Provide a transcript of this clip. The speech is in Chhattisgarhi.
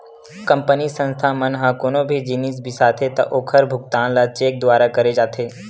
कंपनी, संस्था मन ह कोनो भी जिनिस बिसाथे त ओखर भुगतान ल चेक दुवारा करे जाथे